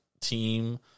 team